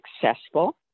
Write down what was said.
successful